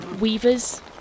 weaver's